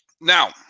Now